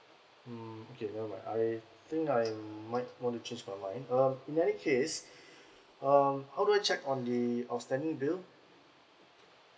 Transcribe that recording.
mm okay nevermind I think I might want to change my mind uh in any case um how do check on the outstanding bill